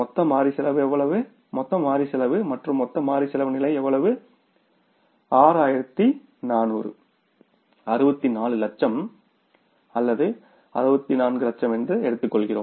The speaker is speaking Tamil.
மொத்த மாறி செலவு எவ்வளவு மொத்த மாறி செலவு மற்றும் மொத்த மாறி செலவு நிலை எவ்வளவு 6400 64 இலட்சம் அல்லது 64 லட்சம் என்று எடுத்துக்கொள்கிறோம்